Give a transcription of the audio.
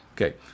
Okay